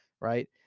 right